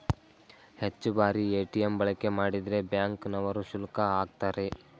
ಹೆಚ್ಚು ಬಾರಿ ಎ.ಟಿ.ಎಂ ಬಳಕೆ ಮಾಡಿದ್ರೆ ಬ್ಯಾಂಕ್ ನವರು ಶುಲ್ಕ ಆಕ್ತರೆ